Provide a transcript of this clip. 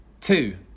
Two